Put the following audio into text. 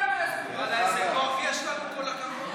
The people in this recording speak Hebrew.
ואללה, איזה כוח יש לנו, כל הכבוד.